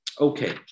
Okay